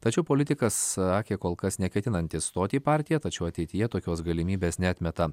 tačiau politikas sakė kol kas neketinantis stoti į partiją tačiau ateityje tokios galimybės neatmeta